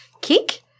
kick